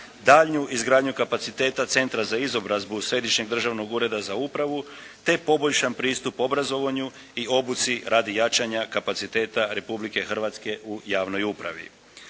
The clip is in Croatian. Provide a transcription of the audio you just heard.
daljnju izgradnju kapaciteta centra za izobrazbu Središnjeg državnog ureda za upravu te poboljšan pristup obrazovanju i obuci radi jačanja kapaciteta Republike Hrvatske u javnoj upravi.